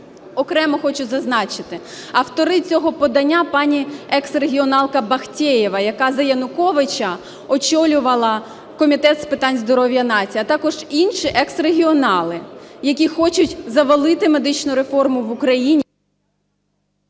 Окремо хочу зазначити, автори цього подання – пані ексрегіоналка Бахтеєва, яка за Януковича очолювала Комітет з питань здоров'я нації, а також інші ексрегіонали, які хочу завали медичну реформу в Україні.